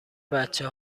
بچه